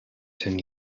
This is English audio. ten